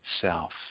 self